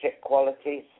qualities